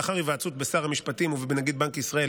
לאחר היוועצות בשר המשפטים ובנגיד בנק ישראל,